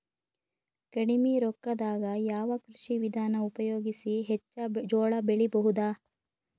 ಕಡಿಮಿ ರೊಕ್ಕದಾಗ ಯಾವ ಕೃಷಿ ವಿಧಾನ ಉಪಯೋಗಿಸಿ ಹೆಚ್ಚ ಜೋಳ ಬೆಳಿ ಬಹುದ?